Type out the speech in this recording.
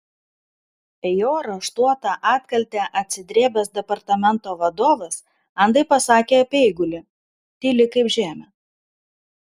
į jo raštuotą atkaltę atsidrėbęs departamento vadovas andai pasakė apie eigulį tyli kaip žemė